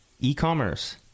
e-commerce